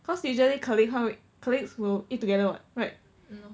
cause usually colleague 他会 colleagues will eat together [what] right